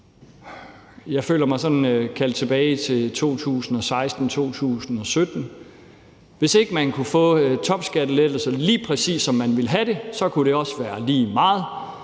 Jeg føler mig sådan kaldt tilbage til 2016, 2017. Hvis ikke man kunne få topskattelettelser, lige præcis som man ville have det, så kunne det også være lige meget.